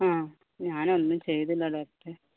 ആ ഞാനൊന്നും ചെയ്തില്ല ഡോക്ടറേ